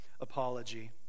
apology